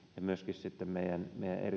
myöskin sitten meidän